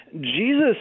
Jesus